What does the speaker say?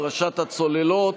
פרשת הצוללות.